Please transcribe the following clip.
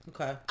Okay